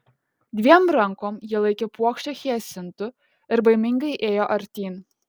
dviem rankom ji laikė puokštę hiacintų ir baimingai ėjo artyn